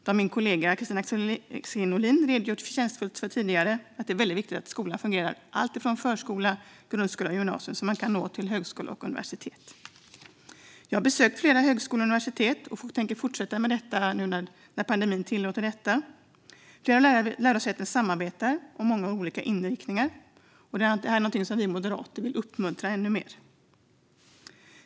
Som min kollega Kristina Axén Olin tidigare i debatten förtjänstfullt redogjort för är det väldigt viktigt att skolan fungerar, från förskola till grundskola och gymnasium, så att man kan nå till högskola och universitet. Jag har besökt flera högskolor och universitet och tänker fortsätta med det när pandemin tillåter. Flera lärosäten samarbetar, och många har olika inriktningar. Detta är någonting som vi moderater vill uppmuntra ännu mer.